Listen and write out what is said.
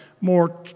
more